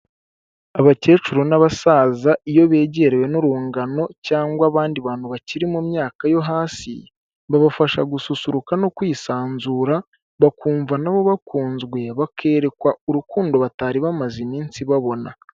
Abakecuru n'abasaza iyo begerewe n'urungano cyangwa abandi bantu bakiri mu myaka yo hasi, babafasha gususururuka no kwisanzura bakumva na bo bakunzwe bakerekwa urukundo batari bamaze iminsi babona.